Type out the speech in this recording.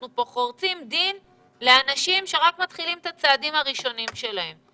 אנחנו חורצים פה דין לאנשים שמתחילים את הצעדים הראשונים שלהם.